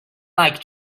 like